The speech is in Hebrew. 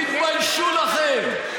תתביישו לכם.